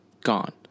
gone